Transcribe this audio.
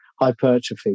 hypertrophy